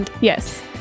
yes